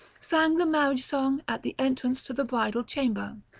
sang the marriage song at the entrance to the bridal chamber.